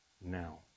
now